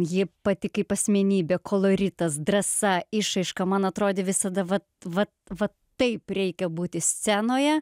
ji pati kaip asmenybė koloritas drąsa išraiška man atrodė visada va va va taip reikia būti scenoje